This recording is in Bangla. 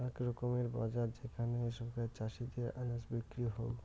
আক রকমের বাজার যেখানে সোগায় চাষীদের আনাজ বিক্রি হউ